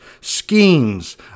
schemes